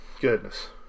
goodness